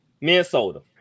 Minnesota